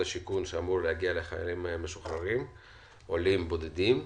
השיכון שאמור להגיע לחיילים משוחררים עולים בודדים.